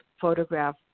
photograph